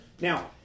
Now